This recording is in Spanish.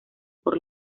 por